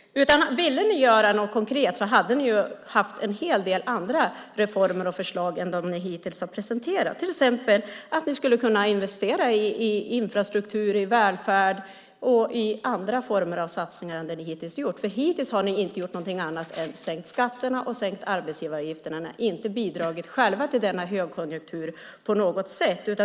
Om ni ville göra något konkret hade ni haft en hel del andra reformer och förslag än dem ni hittills har presenterat. Ni skulle till exempel kunna investera i infrastruktur, i välfärd och i andra former av satsningar än ni hittills har gjort. Hittills har ni inte gjort någonting annat än att sänka skatterna och sänka arbetsgivaravgifterna. Ni har inte bidragit själva till denna högkonjunktur på något sätt.